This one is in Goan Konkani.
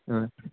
हय